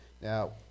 Now